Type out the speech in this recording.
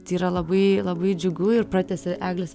tai yra labai labai džiugu ir pratęsė eglės